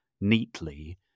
neatly